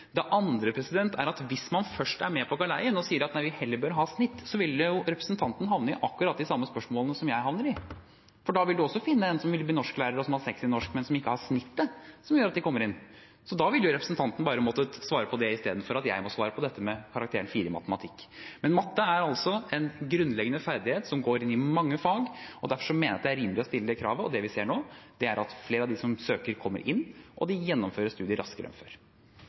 Det andre er at hvis man først er med på galeien og sier at vi heller bør ha snitt, vil jo representanten havne i akkurat de samme spørsmålene som jeg havner i, for da vil man også finne en som vil bli norsklærer, og som har 6 i norsk, men som ikke har snittet som gjør at hun eller han kommer inn. Da ville jo representanten bare måttet svare på det, istedenfor at jeg må svare på dette med karakteren 4 i matematikk. Men matte er altså en grunnleggende ferdighet som går inn i mange fag, og derfor mener jeg at det er rimelig å stille kravet. Det vi ser nå, er at flere av dem som søker, kommer inn, og de gjennomfører studiet raskere.